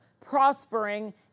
prospering